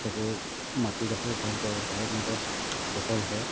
খেতিৰ মাটিডোখৰো ভাল কৰে ভালমতে ফচল হয়